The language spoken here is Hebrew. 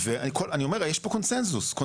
אנחנו ב"פיניש", והחוק הזה, יש לו המון הפניות.